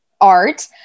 art